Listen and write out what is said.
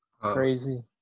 Crazy